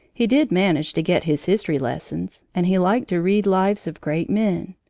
he did manage to get his history lessons, and he liked to read lives of great men.